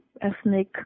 ethnic